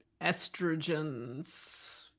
estrogens